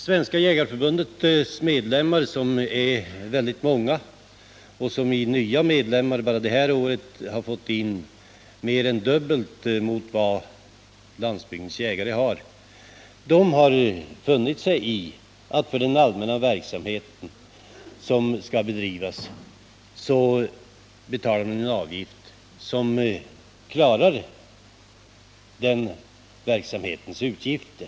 De många medlemmarna i Svenska jägareförbundet, vilket i nya medlemmar enbart det här året har fått in mer än dubbelt så många medlemmar som Jägarnas riksförbund-Landsbygdens jägare har, har funnit sig i att betala en avgift som täcker den allmänna verksamhetens utgifter.